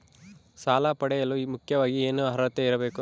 ಸಾಲ ಪಡೆಯಲು ಮುಖ್ಯವಾಗಿ ಏನು ಅರ್ಹತೆ ಇರಬೇಕು?